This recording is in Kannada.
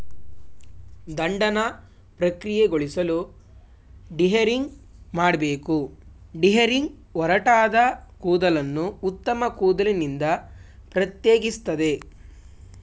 ದಂಡನ ಪ್ರಕ್ರಿಯೆಗೊಳಿಸಲು ಡಿಹೇರಿಂಗ್ ಮಾಡ್ಬೇಕು ಡಿಹೇರಿಂಗ್ ಒರಟಾದ ಕೂದಲನ್ನು ಉತ್ತಮ ಕೂದಲಿನಿಂದ ಪ್ರತ್ಯೇಕಿಸ್ತದೆ